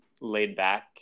laid-back